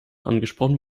angesprochen